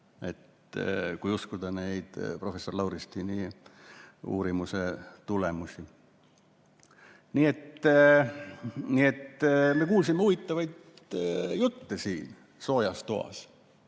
kui uskuda professor Lauristini uurimuse tulemusi. Nii et me kuulsime huvitavaid jutte siin soojas toas,